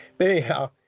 Anyhow